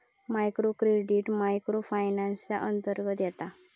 micro credit micro finance च्या अंतर्गत येता